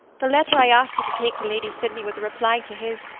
the letter i asked you to take to lady sydney was a reply to his,